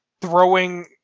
throwing